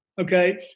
Okay